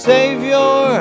Savior